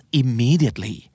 immediately